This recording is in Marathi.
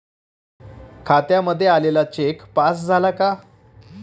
खात्यामध्ये आलेला चेक पास झाला का?